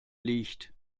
liegt